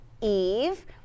Eve